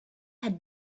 had